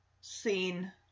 seen